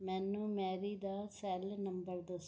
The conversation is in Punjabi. ਮੈਨੂੰ ਮੈਰੀ ਦਾ ਸੈੱਲ ਨੰਬਰ ਦੱਸੋ